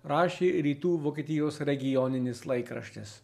rašė rytų vokietijos regioninis laikraštis